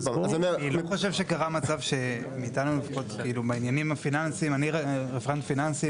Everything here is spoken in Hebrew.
אני רפרנט פיננסיים,